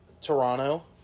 Toronto